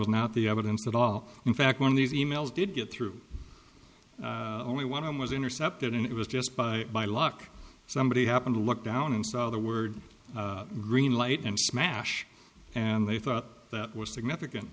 was not the evidence at all in fact one of these e mails did get through only one of them was intercepted and it was just by luck somebody happened to look down and saw the word green light and smash and they thought that was significant